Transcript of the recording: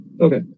okay